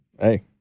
Hey